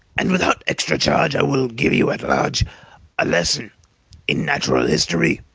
and without extra charge i will give you at large a lesson in natural history.